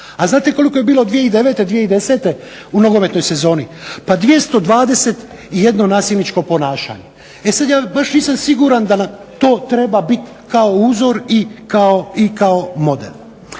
A znate koliko je bilo 2009./2010. u nogometnoj sezoni? Pa 220 i jedno nasilničko ponašanje. E sad ja baš nisam siguran da nam to treba biti kao uzor i kao model.